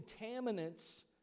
contaminants